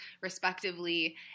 respectively